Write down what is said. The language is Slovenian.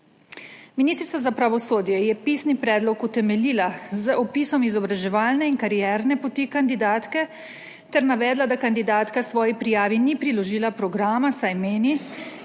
Ministrica za pravosodje je pisni predlog utemeljila z opisom izobraževalne in karierne poti kandidatke ter navedla, da kandidatka svoji prijavi ni priložila programa, saj meni,